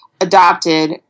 adopted